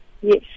Yes